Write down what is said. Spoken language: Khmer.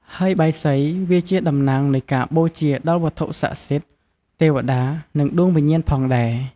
ហើយបាយសី វាជាតំណាងនៃការបូជាដល់វត្ថុស័ក្តិសិទ្ធិ ទេវតា និងដួងវិញ្ញាណផងដែរ។